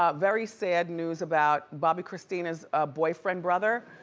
ah very sad news about bobbi kristina's ah boyfriend brother,